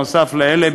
נוסף על אלה,